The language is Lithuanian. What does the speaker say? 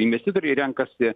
investitoriai renkasi